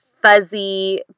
fuzzy